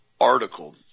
article